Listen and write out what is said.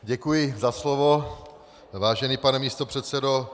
Děkuji za slovo, vážený pane místopředsedo.